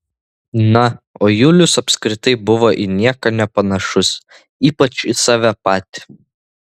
na o julius apskritai buvo į nieką nepanašus ypač į save patį